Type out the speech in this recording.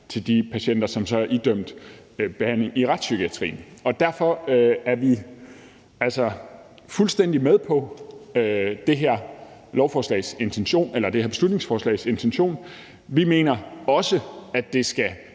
til de patienter, som så er idømt behandling i retspsykiatrien? Derfor er vi altså fuldstændig med på det her beslutningsforslags intention. Vi mener også, at det skal